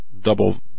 double